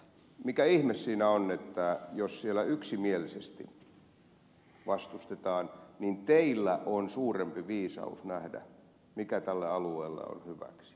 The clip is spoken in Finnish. mikä ihme siinä on että jos siellä yksimielisesti vastustetaan niin teillä on suurempi viisaus nähdä mikä tälle alueelle on hyväksi